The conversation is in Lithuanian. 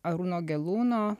arūno gelūno